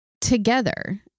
together